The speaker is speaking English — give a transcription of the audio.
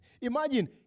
Imagine